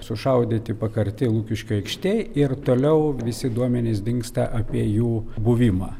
sušaudyti pakarti lukiškių aikštėj ir toliau visi duomenys dingsta apie jų buvimą